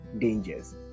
dangers